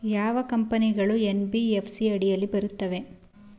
ಯಾವ ಕಂಪನಿಗಳು ಎನ್.ಬಿ.ಎಫ್.ಸಿ ಅಡಿಯಲ್ಲಿ ಬರುತ್ತವೆ?